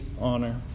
honor